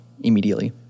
immediately